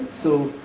so,